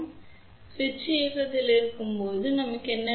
எனவே சுவிட்ச் இயக்கத்தில் இருக்கும்போது நமக்கு என்ன வேண்டும்